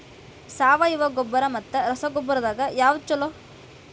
ಸಾವಯವ ಗೊಬ್ಬರ ಮತ್ತ ರಸಗೊಬ್ಬರದಾಗ ಯಾವದು ಛಲೋ?